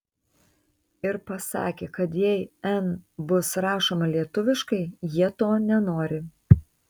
ir pasakė kad jei n bus rašoma lietuviškai jie to nenori